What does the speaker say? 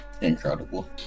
incredible